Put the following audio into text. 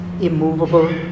immovable